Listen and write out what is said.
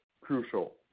crucial